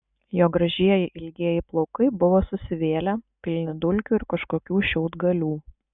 jo gražieji ilgieji plaukai buvo susivėlę pilni dulkių ir kažkokių šiaudgalių